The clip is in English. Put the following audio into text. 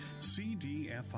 cdfi